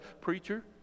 Preacher